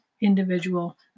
individual